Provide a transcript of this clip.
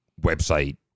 website